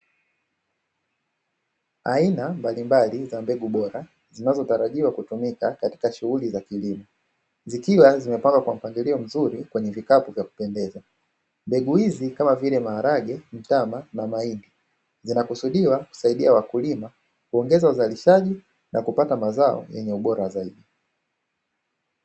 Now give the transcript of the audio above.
Aina mbalimbali za mbegu bora zinazotarajia kutumika katika shughuli za kilimo, zikiwa zimepangwa kwa mpangilio mzuri kwenye vikapu vya kupendeza. Mbegu hizi kama vile: maharage, mtama na mahindi, zinakusudiwa kusaidia wakulima, kuongeza uzalishaji na kupata mazao yenye ubora zaidi.